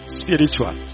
spiritual